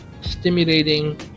stimulating